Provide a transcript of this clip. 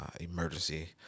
emergency